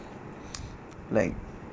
like